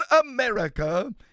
America